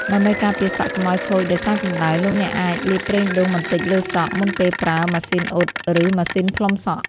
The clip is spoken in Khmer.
ដើម្បីការពារសក់កុំឱ្យខូចដោយសារកម្ដៅ លោកអ្នកអាចលាបប្រេងដូងបន្តិចលើសក់ មុនពេលប្រើ ម៉ាស៊ីនអ៊ុត ឬ ម៉ាស៊ីនផ្លុំសក់។